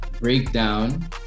Breakdown